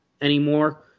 anymore